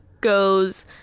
goes